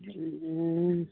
ए